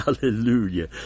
Hallelujah